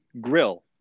grill